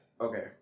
Okay